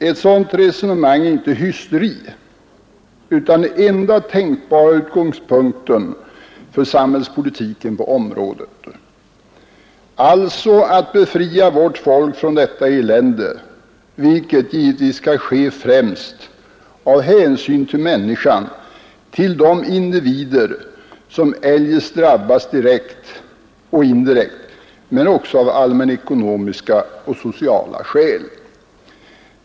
Ett sådant resonemang är inte hysteri utan den enda tänkbara utgångspunkten för samhällspolitiken på området, alltså att befria vårt folk från detta elände, vilket givetvis skall ske främst av hänsyn till människan, till de individer som eljest drabbas direkt och indirekt, men också av allmänekonomiska och sociala skäl.